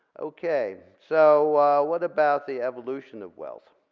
okay, so what about the evolution of wealth.